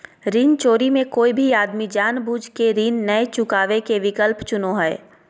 ऋण चोरी मे कोय भी आदमी जानबूझ केऋण नय चुकावे के विकल्प चुनो हय